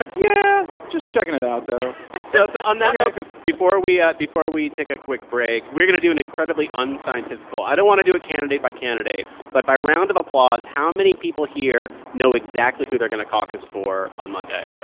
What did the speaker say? yeah, just checking it out, though so but on that note, before we ah before we take a quick break, we're going to do an incredibly unscientific poll. i don't want to do it candidate by candidate, but by round of applause, how many people here know exactly who they're going to caucus for on monday?